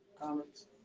comments